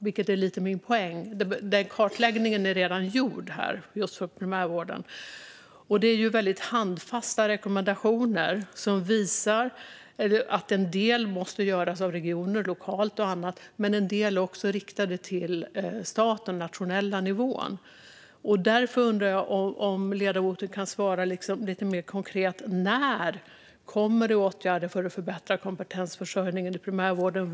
Detta är lite av min poäng; kartläggningen är redan gjord när det gäller primärvården. Det är ju väldigt handfasta rekommendationer som visar att en del måste göras av regioner, lokalt och annat, men en del rekommendationer är också riktade till staten och den nationella nivån. Därför undrar jag om ledamoten kan svara lite mer konkret på när det kommer åtgärder för att förbättra kompetensförsörjningen i primärvården.